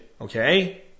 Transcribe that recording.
okay